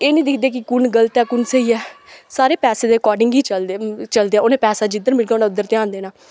एह् नेईं दिखदे कि कु'न गलत ऐ कु'न स्हेई ऐ सारे पैसे दे अकर्डिंग ही चलदे चलदे उ'नेंगी पैसा जिद्धर मिलग उ'नें उद्धर ध्यान देना